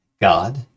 God